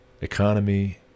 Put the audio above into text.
economy